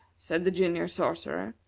said the junior sorcerer.